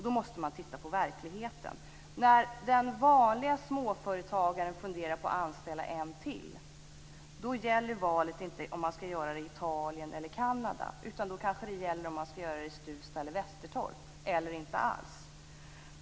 Då måste man titta på verkligheten. När den vanliga småföretagaren funderar på att anställa en till gäller inte valet om han skall göra det i Italien eller i Kanada. I stället kanske valet gäller om han skall göra det i Stuvsta eller Västertorp eller inte göra det alls.